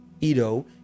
Edo